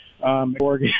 Oregon